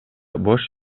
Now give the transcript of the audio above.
бош